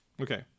Okay